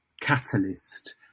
catalyst